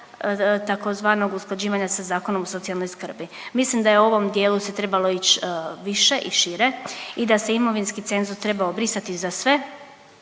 tzv. usklađivanja sa Zakonom o socijalnoj skrbi. Mislim da u ovom dijelu se trebalo ići više i šire i da se imovinski cenzus trebao brisati za sve